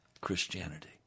Christianity